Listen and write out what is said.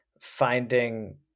finding